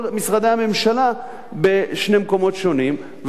כל משרדי הממשלה בשני מקומות שונים.